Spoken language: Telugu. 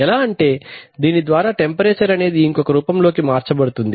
ఎలా అంటే దీని ద్వారా టెంపరేచర్ అనేది ఇంకొక రూపంలోకి మార్చబడుతుంది